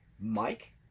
mike